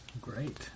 great